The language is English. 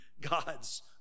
God's